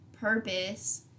purpose